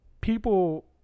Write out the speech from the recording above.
people